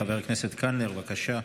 חבר הכנסת קלנר, בבקשה,